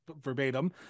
verbatim